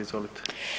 Izvolite.